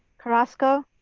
carrasco,